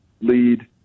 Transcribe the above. lead